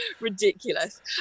ridiculous